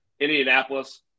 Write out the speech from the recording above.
Indianapolis